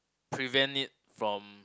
prevent it from